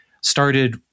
started